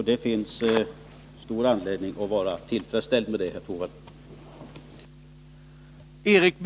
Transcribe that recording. Det finns stor anledning att vara tillfredsställd med det, herr Torwald.